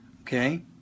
Okay